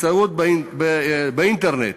באמצעות האינטרנט.